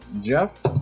Jeff